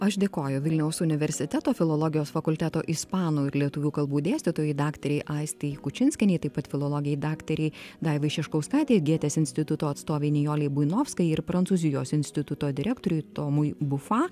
aš dėkoju vilniaus universiteto filologijos fakulteto ispanų ir lietuvių kalbų dėstytojai daktarei aistei kučinskienei taip pat filologei daktarei daivai šeškauskaitei gėtės instituto atstovei nijolei buinovskajai ir prancūzijos instituto direktoriui tomui bufa